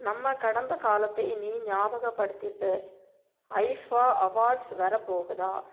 நம்ம கடந்த காலத்தை நீ ஞாபகபடுத்திட்ட ஐஃபா அவார்ட்ஸ் வர போகுதுதா